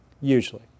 usually